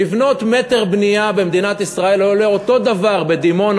לבנות מטר בנייה במדינת ישראל עולה אותו דבר בדימונה,